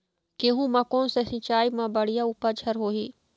गेहूं म कोन से सिचाई म बड़िया उपज हर होही?